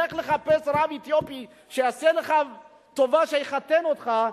לך לחפש רב אתיופי שיעשה לך טובה שיחתן אותך,